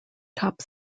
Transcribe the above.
top